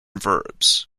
verbs